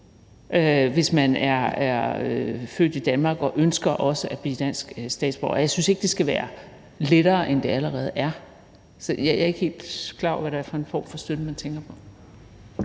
hvis man er født i Danmark og ønsker også at blive dansk statsborger, og jeg synes ikke, det skal være lettere, end det allerede er, så jeg er ikke helt klar over, hvad det er for en form for støtte, man tænker på.